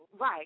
right